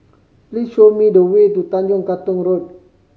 please show me the way to Tanjong Katong Road